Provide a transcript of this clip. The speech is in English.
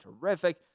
terrific